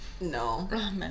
No